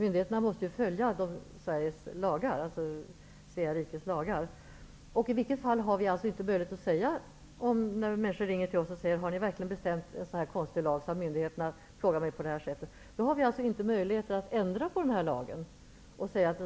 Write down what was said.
Myndigheterna måste ju följa Svea rikes lagar. Vi har inte möjlighet att ändra på lagen. Människor ringer till oss och frågar om vi verkligen har antagit en sådan här konstig lag. Men vi har ingen möjlighet att ändra lagen och säga att